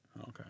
Okay